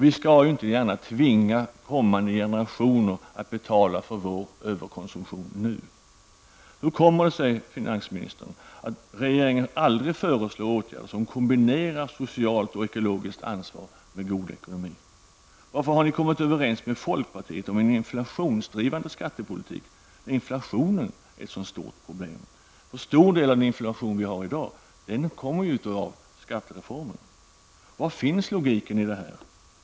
Vi kan inte gärna tvinga kommande generationer att betala för vår överkonsumtion nu. Hur kommer det sig, finansministern, att regeringen aldrig föreslår åtgärder som kombinerar socialt och ekologiskt ansvar med god ekonomi? Varför har ni kommit överens med folkpartiet om en inflationsdrivande skattepolitik, när inflationen är ett så stort problem? En stor del av den inflation vi har i dag beror ju på skattereformen. Vad finns logiken i detta?